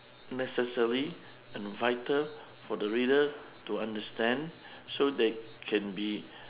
necessary and vital for the reader to understand so they can be